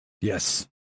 Yes